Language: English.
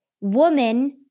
woman